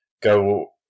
go